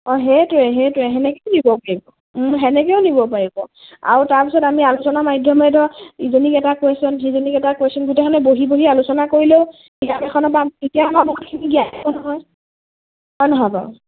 অঁ সেইটোৱে সেইটোৱে সেনেকেও নিব পাৰিব সেনেকেও নিব পাৰিব আৰু তাৰপিছত আমি আলোচনা মাধ্যমেৰে ধৰ ইজনীক এটা কুৱেশ্যন সিজনীক এটা কুৱেশ্যন গোটেইখনে বহি বহি আলোচনা কৰিলেও কিতাপ এখনৰ পা তেতিয়া আমাৰ বহুতখিনি জ্ঞান আহে নহয় হয় নহয় বাৰু